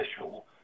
official